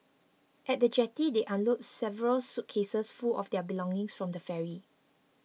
at the jetty they unload several suitcases full of their belonging from the ferry